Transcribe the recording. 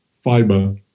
fiber